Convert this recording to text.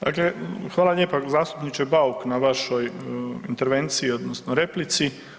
Dakle, hvala lijepa zastupniče Bauk na vašoj intervenciji odnosno replici.